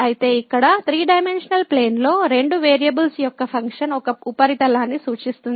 అయితే ఇక్కడ 3 డైమెన్షనల్ ప్లేన్లో రెండు వేరియబుల్స్ యొక్క ఫంక్షన్ ఒక ఉపరితలాన్ని సూచిస్తుంది